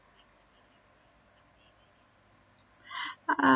uh